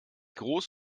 groß